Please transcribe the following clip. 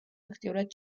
აქტიურად